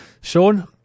Sean